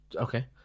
Okay